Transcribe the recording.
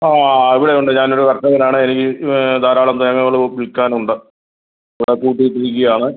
ആ ഇവിടെ ഉണ്ട് ഞാൻ ഒരു കർഷകൻ ആണ് എനിക്ക് ധാരാളം തേങ്ങകൾ വിൽക്കാൻ ഉണ്ട് ഇവിടെ കൂട്ടി വച്ചിരിക്ക ആണ്